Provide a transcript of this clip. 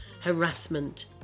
harassment